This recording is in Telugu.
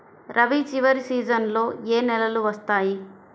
రబీ చివరి సీజన్లో ఏ నెలలు వస్తాయి?